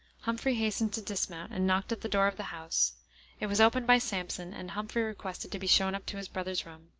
humphrey hastened to dismount, and knocked at the door of the house it was opened by sampson, and humphrey requested to be shown up to his brother's room.